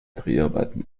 dreharbeiten